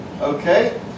Okay